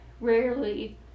rarely